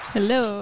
Hello